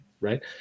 right